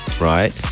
Right